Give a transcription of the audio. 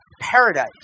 paradise